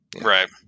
Right